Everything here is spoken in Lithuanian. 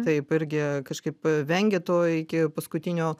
taip irgi kažkaip vengia to iki paskutinio